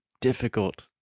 difficult